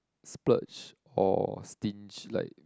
splurge or stinge like